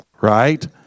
right